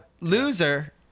loser